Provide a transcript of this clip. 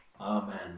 Amen